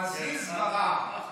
חזיז ורעם.